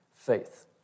Faith